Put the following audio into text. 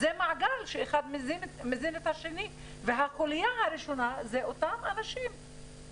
זה מעגל שאחד מזין את השני והחוליה הראשונה זה אותם צרכנים,